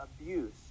abuse